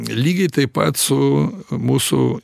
lygiai taip pat su mūsų